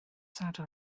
sadwrn